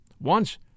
Once